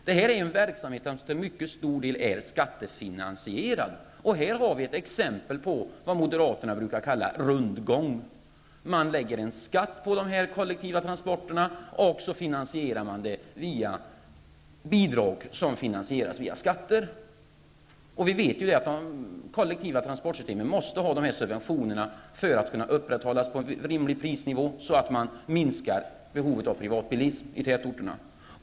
Det gäller en verksamhet som till mycket stor del är skattefinansierad. Här har vi ett exempel på vad Moderaterna brukar kalla rundgång. Man lägger en skatt på dessa kollektiva transporter, och så finansierar man det via bidrag, som finansieras via skatter. Vi vet att de kollektiva transportsystemen måste få dessa subventioner för att kunna upprätthålla en rimlig prisnivå, så att man kan minska behovet av privat bilism i tätorterna.